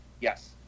Yes